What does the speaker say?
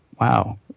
wow